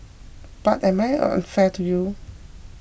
but am I unfair to you